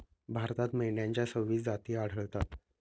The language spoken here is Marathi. भारतात मेंढ्यांच्या सव्वीस जाती आढळतात